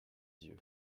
yeux